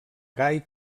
gai